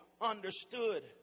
understood